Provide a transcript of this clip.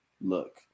look